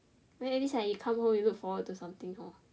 then it's like at least like you come home you look forward to something hor